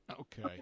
Okay